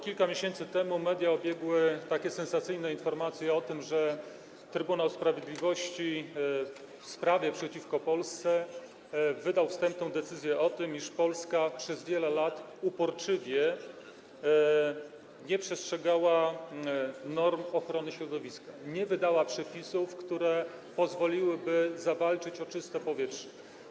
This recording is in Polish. Kilka miesięcy temu media obiegły sensacyjne informacje o tym, że Trybunał Sprawiedliwości w sprawie przeciwko Polsce wydał wstępną decyzję o tym, iż Polska przez wiele lat uporczywie nie przestrzegała norm ochrony środowiska, nie wydała przepisów, które pozwoliłyby zawalczyć o czyste powietrze.